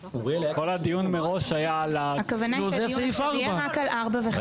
כל הדיון מראש היה על --- זה סעיף 4. הכוונה הייתה שזה יהיה רק על 4 ו-5.